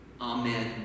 Amen